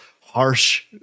harsh